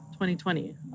2020